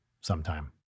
sometime